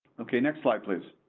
okay, next slide please.